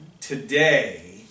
today